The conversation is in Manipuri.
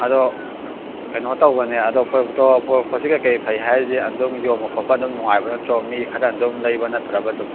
ꯑꯗꯣ ꯀꯩꯅꯣ ꯇꯧꯕꯅꯤ ꯑꯗꯣ ꯄꯣꯠꯁꯤꯠ ꯀꯩꯀꯩ ꯐꯩ ꯍꯥꯏꯁꯦ ꯑꯗꯨꯝ ꯌꯣꯟꯕ ꯈꯣꯠꯄ ꯑꯗꯨꯝ ꯅꯨꯡꯉꯥꯏꯕ ꯅꯠꯇ꯭ꯔꯣ ꯃꯤ ꯈꯔꯅ ꯑꯗꯨꯝ ꯂꯩꯕ ꯅꯠꯇ꯭ꯔꯕ ꯑꯗꯨꯝ